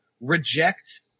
reject